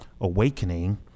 awakening